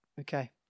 Okay